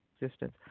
existence